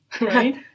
Right